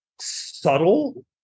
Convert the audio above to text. subtle